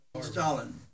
Stalin